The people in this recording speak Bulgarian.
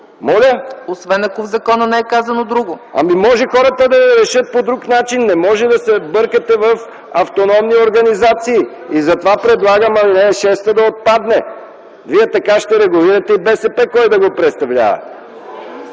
Освен ако в закона не е казано друго. МИХАИЛ МИКОВ: Може хората да решат това да става по друг начин. Не може да се бъркате в автономни организации. Затова предлагам ал. 6 да отпадне. Вие така ще регулирате и БСП кой да го представлява